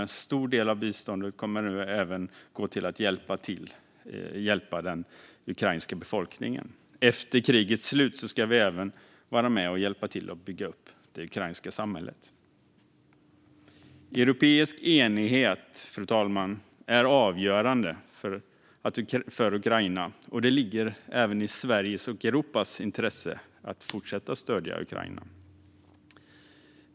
En stor del av biståndet kommer nu även att gå till att hjälpa den ukrainska befolkningen. Efter krigets slut ska vi även vara med och hjälpa till att bygga upp det ukrainska samhället. Fru talman! Europeisk enighet är avgörande för Ukraina, och det ligger även i Sveriges och Europas intresse att fortsätta att stödja Ukraina.